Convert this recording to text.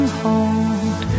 hold